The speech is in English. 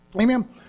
Amen